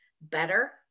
better